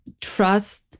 trust